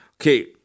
Okay